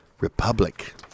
Republic